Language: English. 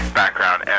background